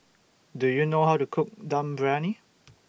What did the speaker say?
Do YOU know How to Cook Dum Briyani